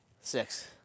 Six